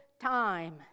time